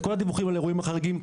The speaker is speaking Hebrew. את כל הדיווחים על האירועים החריגים,